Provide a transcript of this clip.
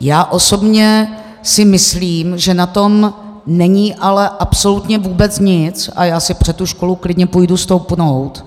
Já osobně si myslím, že na tom není ale absolutně vůbec nic a já si před tu školu klidně půjdu stoupnout